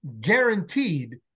guaranteed